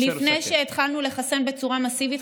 "לפני שהתחלנו לחסן בצורה מסיבית,